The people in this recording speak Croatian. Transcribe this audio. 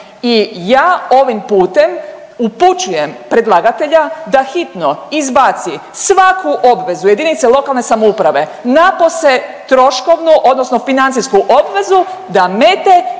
i ja ovim putem upućujem predlagatelja da hitno izbaci svaku obvezu jedinice lokalne samouprave napose troškovnu odnosno financijsku obvezu da mete